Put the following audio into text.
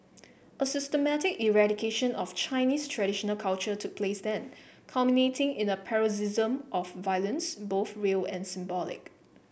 a systematic eradication of Chinese traditional culture took place then culminating in a paroxysm of violence both real and symbolic